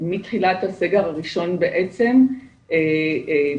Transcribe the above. מתחילת הסגר הראשון הוצאנו חומרים